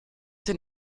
den